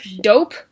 Dope